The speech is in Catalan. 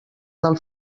del